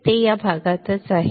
ते या भागातच आहे